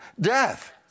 death